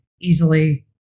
easily